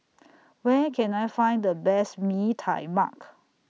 Where Can I Find The Best Mee Tai Mak